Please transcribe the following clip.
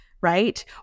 right